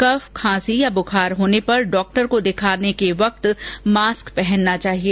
कफ खांसी या बुखार होने पर डॉक्टर को दिखाने के वक्त मास्क पहनाना चाहिए